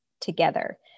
together